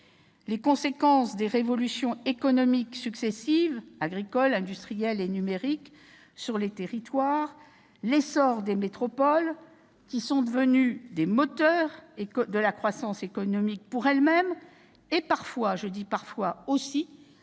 aux conséquences des révolutions économiques successives- agricole, industrielle et numérique -dans les territoires, à l'essor des métropoles, qui sont devenues des moteurs de la croissance économique, pour elles-mêmes, mais aussi, parfois,